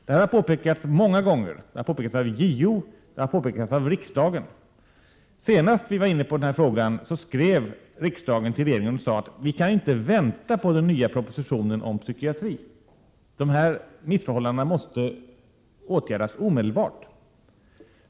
Det här har påpekats många gånger. Det har påpekats av JO, det har påpekats av riksdagen. Senast vi var inne på denna fråga skrev riksdagen till regeringen och sade att vi kan inte vänta på den nya propositionen om psykiatri — de här missförhållandena måste åtgärdas omedelbart.